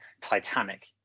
Titanic